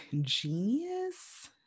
Genius